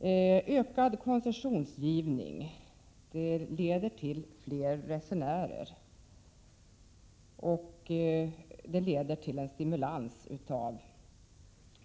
En ökad koncessionsgivning leder till fler resenärer, och detta leder till en stimulans av